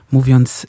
Mówiąc